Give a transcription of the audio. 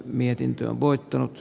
mietintö on voittanut j